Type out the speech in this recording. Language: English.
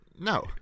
No